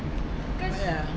ya